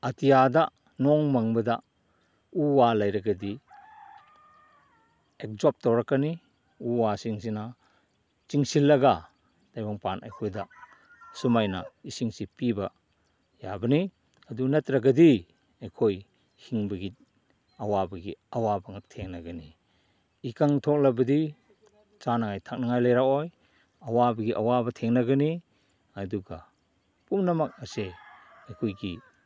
ꯑꯇꯤꯌꯥꯗ ꯅꯣꯡ ꯃꯪꯕꯗ ꯎ ꯋꯥ ꯂꯩꯔꯒꯗꯤ ꯑꯦꯞꯖꯣꯞ ꯇꯧꯔꯛꯀꯅꯤ ꯎ ꯋꯥꯁꯤꯡꯁꯤꯅ ꯆꯤꯡꯁꯤꯜꯂꯒ ꯇꯥꯏꯕꯪꯄꯥꯟ ꯑꯩꯈꯣꯏꯗ ꯁꯨꯃꯥꯏꯅ ꯏꯁꯤꯡꯁꯤ ꯄꯤꯕ ꯌꯥꯕꯅꯤ ꯑꯗꯨ ꯅꯠꯇ꯭ꯔꯒꯗꯤ ꯑꯩꯈꯣꯏ ꯍꯤꯡꯕꯒꯤ ꯑꯋꯥꯕꯒꯤ ꯑꯋꯥꯕ ꯉꯥꯛ ꯊꯦꯡꯅꯒꯅꯤ ꯏꯀꯪ ꯊꯣꯛꯂꯕꯗꯤ ꯆꯥꯅꯉꯥꯏ ꯊꯛꯅꯉꯥꯏ ꯂꯩꯔꯛꯑꯣꯏ ꯑꯋꯥꯕꯒꯤ ꯑꯋꯥꯕ ꯊꯦꯡꯅꯒꯅꯤ ꯑꯗꯨꯒ ꯄꯨꯝꯅꯃꯛ ꯑꯁꯦ ꯑꯩꯈꯣꯏꯒꯤ